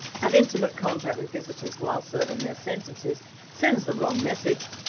have intimate contact with visitors while serving their sentences sends the wrong message.